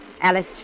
Alice